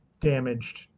damaged